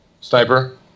Sniper